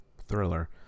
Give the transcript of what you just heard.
thriller